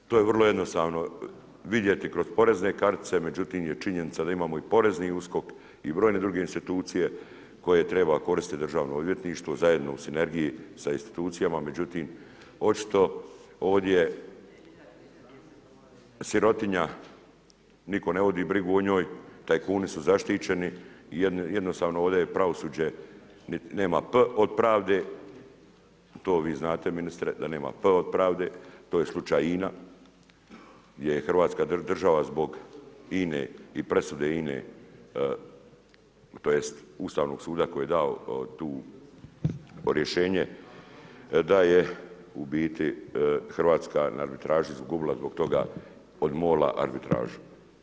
To je vrlo jednostavno vidjeti kroz porezne kartice međutim je činjenica da imamo u porezni USKOK i brojne druge institucije koje treba koristiti Državno odvjetništvo zajedno u sinergiji sa institucijama, međutim očito ovdje sirotinja, nitko ne vodi brigu o njoj, tajkuni su zaštićeni i jednostavno ovdje pravosuđe nema p od pravde, to vi znate ministre da nema p od pravde, to je slučaj INA gdje je hrvatska država zbog INA-e i presude INA-e tj. Ustavnog suda koji je dao tu rješenje da je u biti Hrvatska na arbitraži izgubila zbog toga od MOL-a arbitražu.